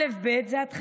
אל"ף ובי"ת הן התחלה,